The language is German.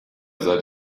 seit